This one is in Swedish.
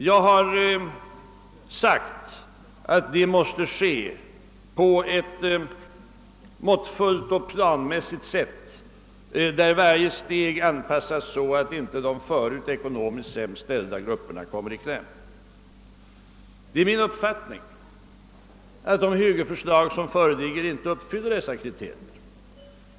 Jag har sagt att den måste genomföras på ett måttfullt och planmässigt sätt, där varje steg anpassas så, att inte de förut ekonomiskt sämst ställda grupperna kommer i kläm. Det är min uppfattning, att de föreliggande högerförslagen inte uppfyller dessa kriterier.